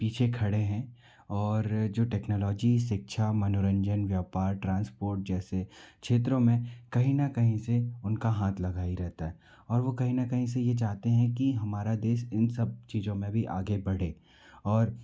पीछे खड़े हैं और जो टेक्नोलॉजी शिक्षा मनोरंजन व्यपार ट्रांसपोर्ट जैसे क्षेत्रों में कहीं ना कहीं से उनका हाथ लगा ही रहता है और वो कहीं ना कहीं से ये चाहते हैं कि हमारा देश इन सब चीज़ों में भी आगे बढ़े और